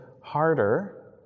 harder